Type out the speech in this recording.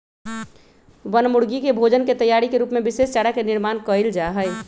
बनमुर्गी के भोजन के तैयारी के रूप में विशेष चारा के निर्माण कइल जाहई